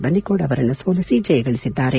ಬನ್ನಿಕೋಡ್ ಅವರನ್ನು ಸೋಲಿಸಿ ಜಯಗಳಿಸಿದ್ದಾರೆ